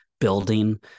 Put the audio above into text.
building